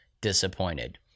disappointed